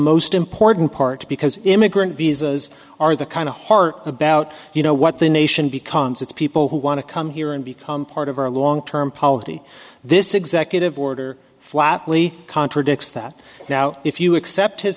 most important part because immigrant visas are the kind of heart about you know what the nation becomes its people who want to come here and become part of our long term policy this executive order flatly contradicts that now if you accept his